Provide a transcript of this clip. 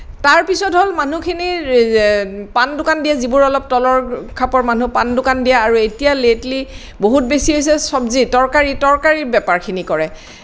তাৰপিছত হ'ল মানুহখিনি পাণ দোকান দিয়া যিবোৰ অলপ তলৰ খাপৰ মানুহ পাণ দোকান দিয়া আৰু এতিয়া লেটলি বহুত বেছি হৈছে চব্জি তৰকাৰী তৰকাৰীৰ বেপাৰখিনি কৰে